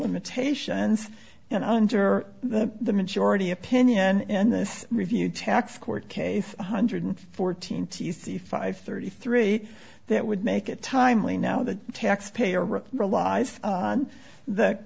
limitations and under that the majority opinion and this review tax court case one hundred fourteen t c five thirty three that would make it timely now the taxpayer relies on that